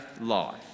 life